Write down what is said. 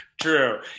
true